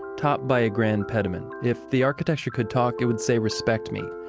topped by a grand pediment. if the architecture could talk, it would say respect me.